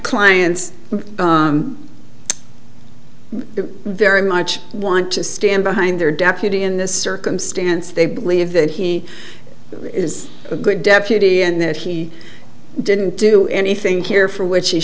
clients very much want to stand behind their deputy in this circumstance they believe that he is a good deputy and that he didn't do anything here for which he